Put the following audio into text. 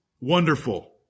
Wonderful